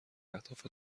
اهداف